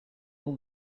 all